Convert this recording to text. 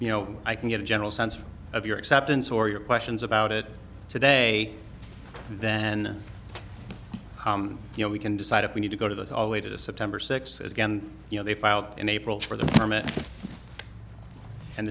you know i can get a general sense of your acceptance or your questions about it today then you know we can decide if we need to go to the hallway to september sixth as you know they filed in april for the permit and